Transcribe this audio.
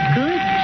good